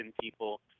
people